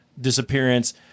disappearance